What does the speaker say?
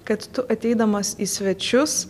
kad tu ateidamas į svečius